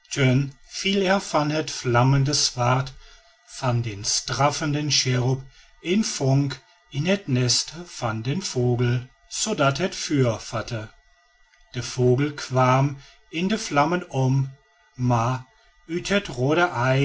van het vlammende zwaard van den straffenden cherub een vonk in het nest van den vogel zoodat het vuur vatte de vogel kwam in de vlammen om maar uit het roode